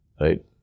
right